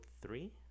three